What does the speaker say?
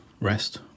rest